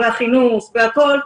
החינוך והכול,